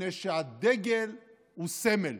מפני שהדגל הוא סמל.